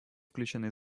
включены